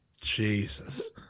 Jesus